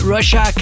Russia